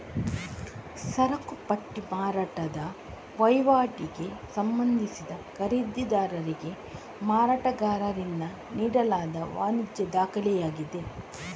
ಸರಕು ಪಟ್ಟಿ ಮಾರಾಟದ ವಹಿವಾಟಿಗೆ ಸಂಬಂಧಿಸಿದ ಖರೀದಿದಾರರಿಗೆ ಮಾರಾಟಗಾರರಿಂದ ನೀಡಲಾದ ವಾಣಿಜ್ಯ ದಾಖಲೆಯಾಗಿದೆ